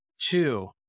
Two